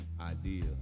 idea